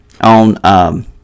On